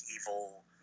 evil